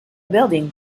building